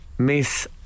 Miss